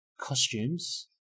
costumes